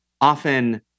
often